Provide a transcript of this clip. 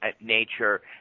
nature